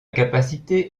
capacité